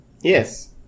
Yes